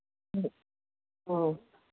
ꯑꯥ